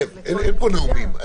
אין פה נאומים.